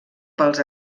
pels